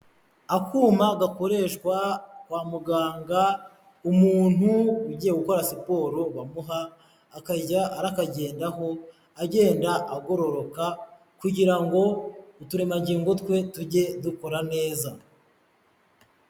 Akuma gakoreshwa kwa muganga, umuntu ugiye gukora siporo bamuha akajya arakagendaho, agenda agororoka, kugira ngo uturemangingo twe tujye dukora neza.